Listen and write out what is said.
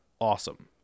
awesome